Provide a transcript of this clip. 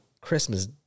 Christmas